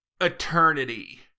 Eternity